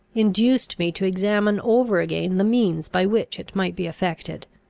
induced me to examine over again the means by which it might be effected.